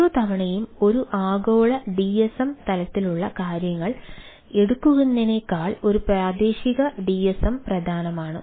ഓരോ തവണയും ഒരു ആഗോള DSM തരത്തിലുള്ള കാര്യങ്ങൾ എടുക്കുന്നതിനേക്കാൾ ഒരു പ്രാദേശിക DSM പ്രധാനമാണ്